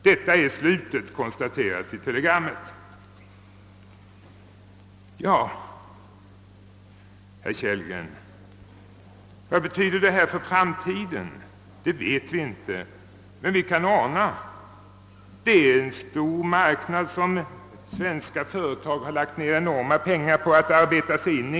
Detta är slutet — konstateras det i brevet. Ja, herr Kellgren, vad betyder detta för framtiden? Det vet vi inte, men vi kan ana det. Detta är en stor marknad, som svenska företagare lagt ned enorma summor på att arbeta sig in i.